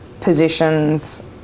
positions